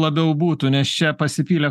labiau būtų nes čia pasipylė